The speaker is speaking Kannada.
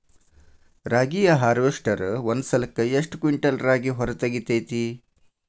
ರಾಗಿಯ ಹಾರ್ವೇಸ್ಟರ್ ಒಂದ್ ಸಲಕ್ಕ ಎಷ್ಟ್ ಕ್ವಿಂಟಾಲ್ ರಾಗಿ ಹೊರ ತೆಗಿತೈತಿ?